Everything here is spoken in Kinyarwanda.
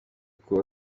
kuwa